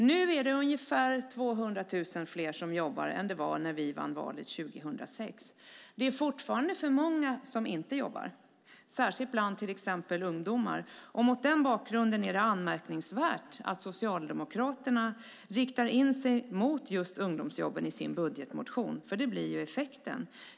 Nu är det ungefär 200 000 fler som jobbar än det var när vi vann valet 2006. Det är fortfarande för många som inte jobbar, särskilt bland till exempel ungdomar. Mot den bakgrunden är det anmärkningsvärt att Socialdemokraterna riktar in sig mot just ungdomsjobben i sin budgetmotion, för det blir effekten.